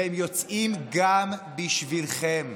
והם יוצאים גם בשבילכם.